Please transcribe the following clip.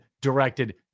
directed